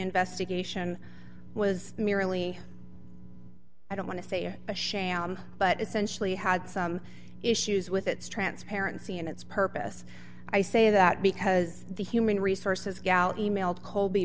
investigation was merely i don't want to say it a sham but essentially had some issues with its transparency and its purpose i say that because the human resources gal emailed colby